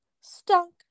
stunk